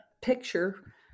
picture